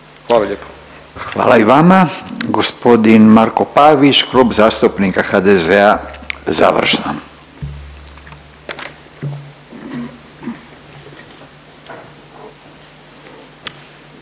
(Nezavisni)** Hvala i vama. Gospodin Marko Pavić Klub zastupnika HDZ-a završno.